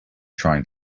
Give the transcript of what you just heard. trying